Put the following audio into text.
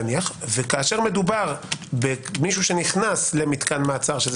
וכשמדובר במישהו שנכנס למתקן מעצר שזה